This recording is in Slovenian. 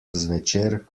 zvečer